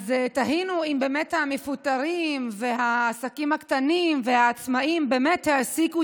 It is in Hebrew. אז תהינו אם המפוטרים והעסקים הקטנים והעצמאים באמת העסיקו